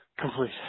complete